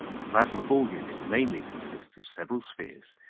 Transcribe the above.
the plasma ball unit mainly consists of several spheres,